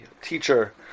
teacher